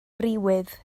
friwydd